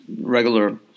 regular